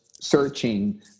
searching